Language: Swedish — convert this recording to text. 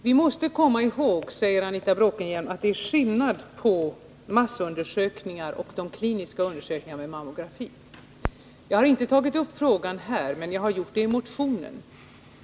Vi måste komma ihåg, säger Anita Bråkenhielm, att det är skillnad på massundersökningar och kliniska undersökningar med mammografi. Jag vill idet sammanhanget ta upp en fråga som jag inte berört här, men som vi pekat på i motionen.